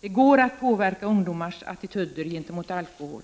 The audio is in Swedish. Det går att påverka ungdomars attityder till alkohol.